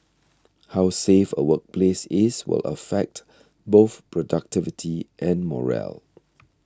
how safe a workplace is will affect both productivity and morale